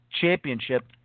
championship